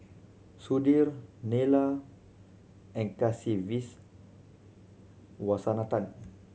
Sudhir Neila and Kasiviswanathan